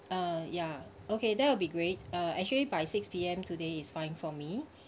uh ya okay that will be great uh actually by six P_M today is fine for me